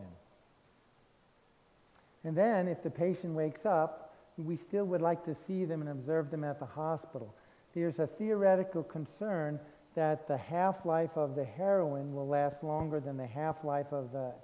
in and then if the patient wakes up we still would like to see them in observe them at the hospital here's a theoretical concern that the half life of the heroin will last longer than the half life of the